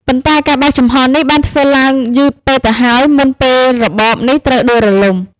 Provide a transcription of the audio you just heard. ប៉ុន្តែការបើកចំហរនេះបានធ្វើឡើងយឺតពេលទៅហើយ មុនពេលរបបនេះត្រូវដួលរំលំ។